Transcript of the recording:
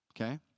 okay